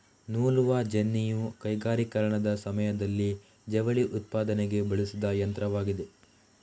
ನೂಲುವ ಜೆನ್ನಿಯು ಕೈಗಾರಿಕೀಕರಣದ ಸಮಯದಲ್ಲಿ ಜವಳಿ ಉತ್ಪಾದನೆಗೆ ಬಳಸಿದ ಯಂತ್ರವಾಗಿದೆ